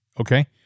Okay